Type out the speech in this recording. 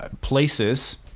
places